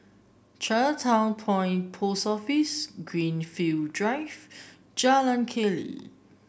Chinatown Point Post Office Greenfield Drive Jalan Keli